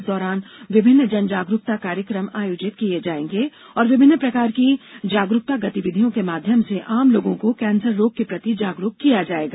इस दौरान विभिन्न जनजागरुकता कार्यक्रम आयोजित किए जाएंगे और विभिन्न प्रकार की जागरुकता गतिविधियों के माध्यम से आम लोगों को कैंसर रोग के प्रति जागरूक किया जाएगा